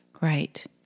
Right